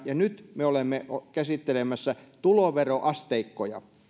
ja nyt me olemme käsittelemässä tuloveroasteikkoja